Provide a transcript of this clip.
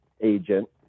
agent